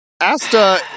Asta